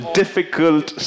difficult